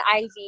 IV